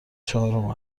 چهارم